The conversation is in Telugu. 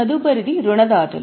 తదుపరిది రుణదాతలు